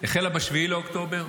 החלה ב-7 באוקטובר,